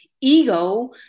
ego